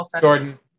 Jordan